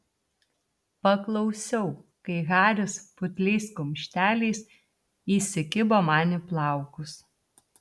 paklausiau kai haris putliais kumšteliais įsikibo man į plaukus